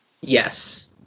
Yes